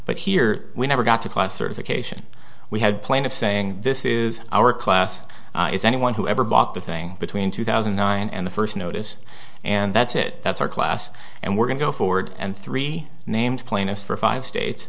but here we never got to class certification we had planned of saying this is our class it's anyone who ever bought the thing between two thousand and nine and the first notice and that's it that's our class and we're going to go forward and three named plaintiffs for five states